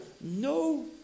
no